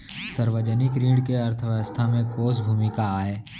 सार्वजनिक ऋण के अर्थव्यवस्था में कोस भूमिका आय?